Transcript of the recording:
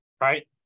right